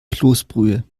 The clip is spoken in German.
kloßbrühe